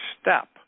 step